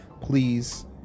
please